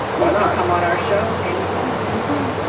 when um i'm on our show anytime anytime